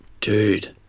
Dude